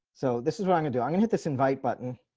so this is what i'm gonna do, i'm gonna hit this invite button.